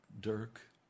Dirk